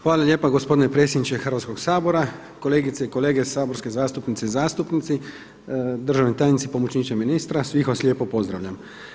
Hvala lijepa gospodine predsjedniče Hrvatskoga sabora, kolegice i kolege saborske zastupnice i zastupnici, državni tajnici, pomoćniče ministra sve vas lijepo pozdravljam.